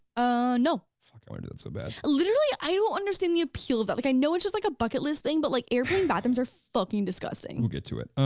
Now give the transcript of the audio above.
ah no. fucking wanna do it so bad. literally, i don't understand the appeal of that, like i know it's just like a bucket list thing, but like airplane bathrooms are disgusting. we'll get to it,